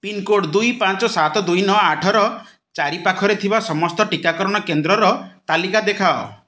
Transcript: pincode ଦୁଇ ପାଞ୍ଚ ସାତ ଦୁଇ ନଅ ଆଠର ଚାରିପାଖରେ ଥିବା ସମସ୍ତ ଟିକାକରଣ କେନ୍ଦ୍ରର ତାଲିକା ଦେଖାଅ